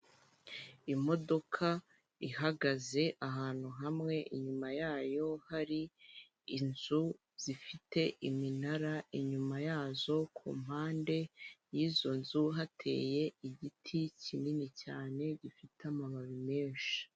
Imodoka ihagaze ahantu hamwe inyuma yayo hari inzu zifite iminara, inyuma yazo ku mpande y'izo nzu hateye igiti kinini cyane gifite amababi menshi.